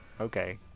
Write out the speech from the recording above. okay